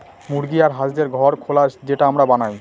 মুরগি আর হাঁসদের ঘর খোলা যেটা আমরা বানায়